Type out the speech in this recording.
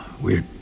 weird